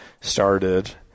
started